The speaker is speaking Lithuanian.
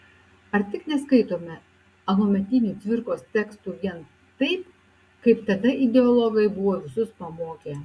ar tik neskaitome anuometinių cvirkos tekstų vien taip kaip tada ideologai buvo visus pamokę